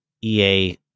EA